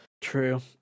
True